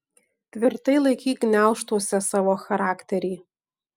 tvirtai laikyk gniaužtuose savo charakterį